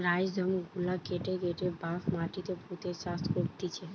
rhizome গুলা কেটে কেটে বাঁশ মাটিতে পুঁতে চাষ করতিছে